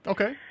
Okay